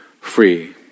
free